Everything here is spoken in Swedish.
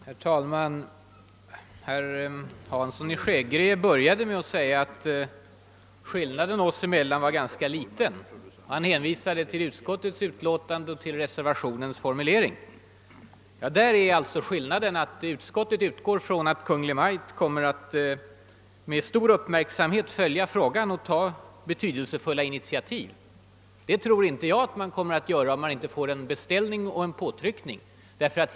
Herr talman! Herr Hansson i Skegrie började med att säga att skillnaden oss emellan var ganska liten. Han hänvisade till utskottets utlåtande och till reservationens formulering. Där är skillnaden att utskottet utgår från att Kungl. Maj:t kommer att med stor uppmärksamhet följa frågan och ta betydelsefulla initiativ. Jag tror inte att Kungl. Maj:t kommer att göra det om man inte får en beställning och en påtryckning.